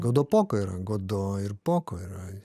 godopoko yra godo ir poko yra